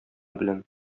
белән